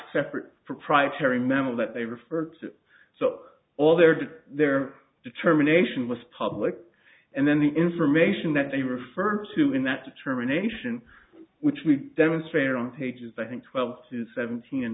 separate proprietary memo that they refer to so all there did their determination was public and then the information that they referred to in that determination which we demonstrated on pages i think twelve to seventeen